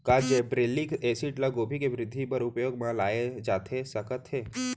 का gibberellic acid ल गोभी के वृद्धि बर उपयोग म लाये जाथे सकत हे?